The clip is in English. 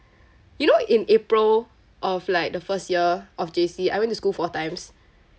you know in april of like the first year of J_C I went to school four times